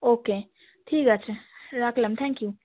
ওকে ঠিক আছে রাখলাম থ্যাঙ্ক ইউ